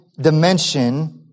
dimension